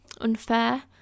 unfair